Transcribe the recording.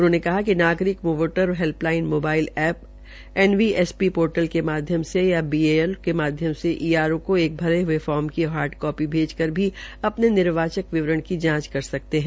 उन्होंने बताया कि नागरिक voter helpline mobile app NVSP portal के माध्यम से या बीएलओ के माध्यम से ईआरओ को एक भरे हए फार्म की हाई कॉपी भेजकर भी अपने निर्वाचक विवरण की जांच कर सकते है